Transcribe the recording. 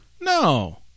No